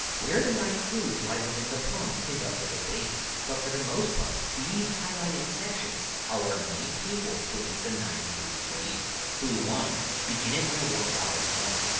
where the nine clues lie within the poem is up for debate. but for the most part, these highlighted sections are where many people believe the nine clues to be. clue one, begin it where warm waters halt.